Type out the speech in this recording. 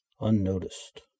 unnoticed